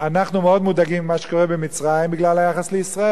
אנחנו מאוד מודאגים ממה שקורה במצרים בגלל היחס לישראל,